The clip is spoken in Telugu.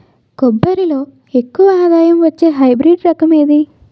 కొబ్బరి లో ఎక్కువ ఆదాయం వచ్చే హైబ్రిడ్ రకం ఏది?